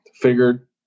figured